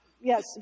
Yes